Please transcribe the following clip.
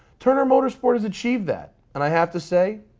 turner motorsport has achieved that. and i have to say,